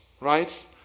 right